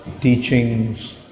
teachings